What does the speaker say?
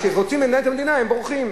כשרוצים לנהל את המדינה הם בורחים.